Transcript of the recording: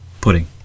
pudding